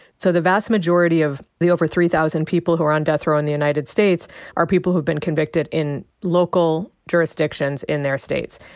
so the vast majority of the over three thousand people who are on death row in the united states are people who have been convicted in local jurisdictions in their states.